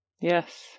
yes